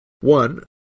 One